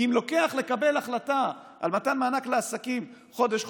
כי אם לקבל החלטה על מתן מענק לעסקים צריך חודש,